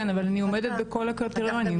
כן, אבל אני עומדת בכל הקריטריונים.